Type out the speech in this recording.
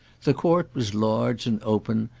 the court was large and open,